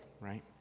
right